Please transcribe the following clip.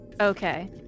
Okay